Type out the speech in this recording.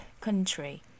country